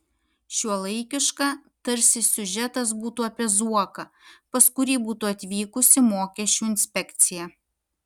šiuolaikiška tarsi siužetas būtų apie zuoką pas kurį būtų atvykusi mokesčių inspekcija